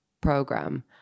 program